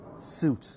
suit